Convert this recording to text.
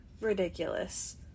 ridiculous